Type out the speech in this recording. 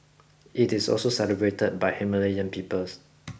it is also celebrated by Himalayan peoples